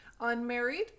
unmarried